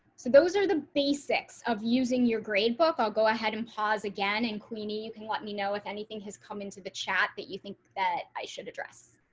so those are the basics of using your gradebook. i'll go ahead and pause again and queenie, you can let me know if anything has come into the chat that you think that i should address